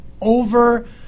over